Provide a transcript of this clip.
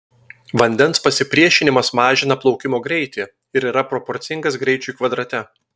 vandens pasipriešinimas mažina plaukimo greitį ir yra proporcingas greičiui kvadrate